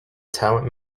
talent